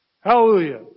Hallelujah